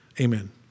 Amen